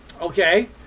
okay